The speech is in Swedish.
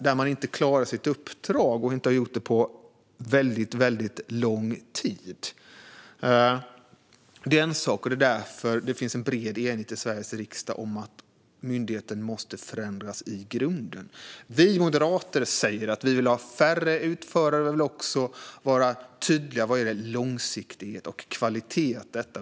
Man klarar inte sitt uppdrag och har inte gjort det under väldigt lång tid. Det är därför som det finns en bred enighet i Sveriges riksdag om att myndigheten måste förändras i grunden. Vi moderater säger att vi vill ha färre utförare, långsiktighet och kvalitet.